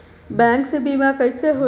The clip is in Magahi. बैंक से बिमा कईसे होई?